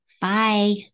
Bye